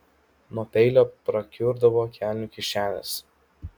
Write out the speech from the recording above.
nuo peilio prakiurdavo kelnių kišenės